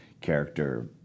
character